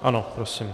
Ano, prosím.